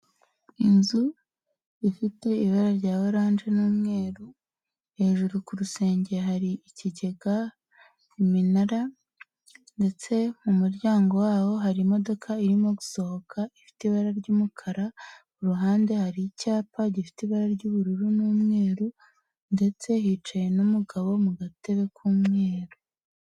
Inzu ifite ibara rya oranje n'umweru hejuru ku rusenge hari ikigega, iminara ndetse mu muryango waho hari imodoka irimo gusohoka ifite ibara ry'umukara, ku ruhande hari icyapa gifite ibara ry'ubururu n'umweru ndetse hicaye n'umugabo mu gatebe k'umweru.